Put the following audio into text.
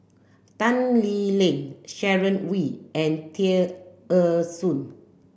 Tan Lee Leng Sharon Wee and Tear Ee Soon